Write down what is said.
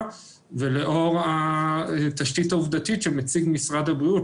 ולאור התשתית העובדתית שמציג משרד הבריאות,